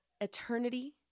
eternity